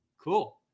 cool